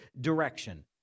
direction